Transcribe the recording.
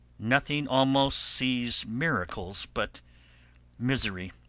nothing almost sees miracles but misery